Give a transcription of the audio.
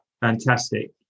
Fantastic